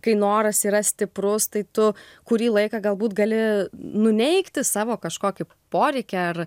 kai noras yra stiprus tai tu kurį laiką galbūt gali nuneigti savo kažkokį poreikį ar